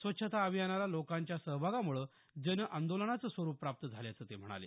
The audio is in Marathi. स्वच्छता अभियानाला लोकांच्या सहभागामुळे जनआंदोलनाचं स्वरूप प्राप्त झाल्याचं ते म्हणाले